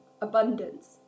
abundance